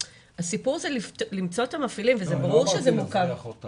הסיפור זה למצוא את המפעילים, וזה ברור שזה מורכב.